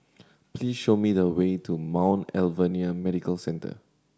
please show me the way to Mount Alvernia Medical Centre